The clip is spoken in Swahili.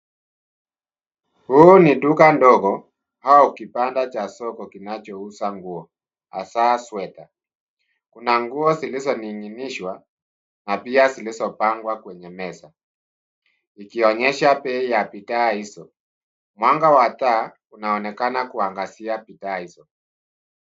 Huu ni duka ndogo, au kibanda cha soko kinachouza nguo hasa sweater . Kuna nguo zilizoning'inishwa na pia zilizopangwa kwenye meza, zikionyesha bei ya bidhaa hizo, mwanga wa taa, unaoneakana kuangazia bidhaa hizo.